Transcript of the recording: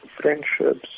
friendships